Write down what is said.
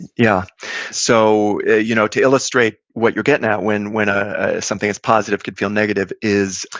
yeah so ah you know to illustrate what you're getting at, when when ah something is positive could feel negative is,